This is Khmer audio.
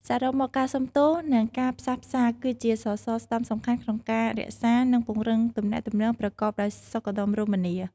សរុបមក ការសុំទោស និងការផ្សះផ្សាគឺជាសសរស្តម្ភសំខាន់ក្នុងការរក្សា និងពង្រឹងទំនាក់ទំនងប្រកបដោយសុខដុមរមនា។